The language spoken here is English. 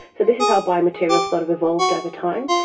so this is how biomaterials sort of evolved over time.